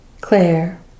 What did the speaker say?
Claire